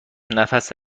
نفس